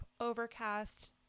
overcast